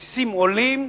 המסים עולים,